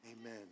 Amen